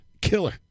Killer